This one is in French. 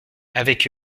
avec